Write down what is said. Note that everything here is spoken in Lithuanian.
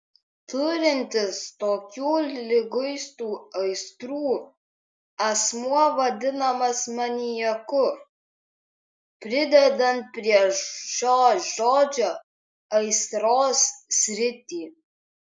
turintis tokių liguistų aistrų asmuo vadinamas maniaku pridedant prie šio žodžio aistros sritį